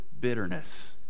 Bitterness